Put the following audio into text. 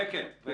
כן, כן.